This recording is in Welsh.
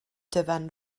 dyfan